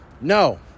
No